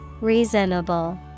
Reasonable